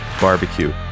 barbecue